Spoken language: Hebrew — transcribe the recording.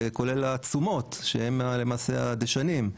כולל התשומות שהם למעשה הדשנים,